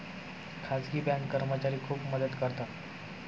खाजगी बँक कर्मचारी खूप मदत करतात